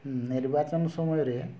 ନିର୍ବାଚନ ସମୟରେ